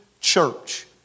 church